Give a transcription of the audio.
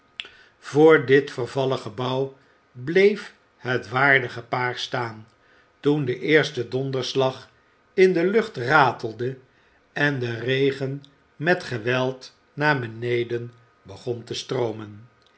voor dit vervallen gebouw bleef het waardige paar staan toen de eerste donderslag in de lucht ratelde en de regen met geweld naar beneden begon te stroomen